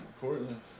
Portland